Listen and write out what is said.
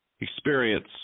experience